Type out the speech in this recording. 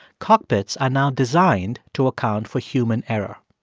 cockpits are now designed to account for human error.